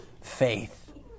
faith